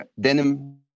denim